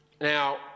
Now